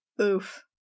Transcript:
Oof